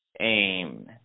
aim